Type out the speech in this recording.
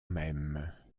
même